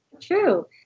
true